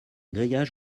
grillage